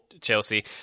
Chelsea